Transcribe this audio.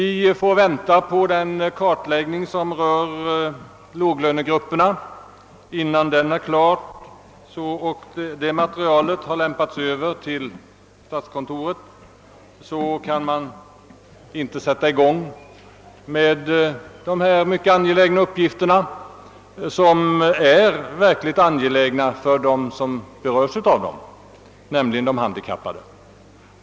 Vi måste vänta på den kartläggning som rör låglönegrupperna. Innan den är klar och dess material har lämpats över till statskontoret kan man inte sätta i gång med dessa uppgifter, som är verkligt angelägna för dem som berörs, nämligen de handikappade.